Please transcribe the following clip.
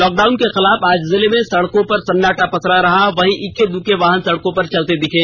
lock down के खिलाफ आज जिले में सड़कों पर सन्नाटा पसरा रहा वहीं इक्के द्रक्के वाहन सड़कों पर चलते दिखे